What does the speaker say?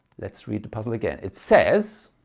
let's read the puzzle again. it says